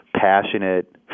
passionate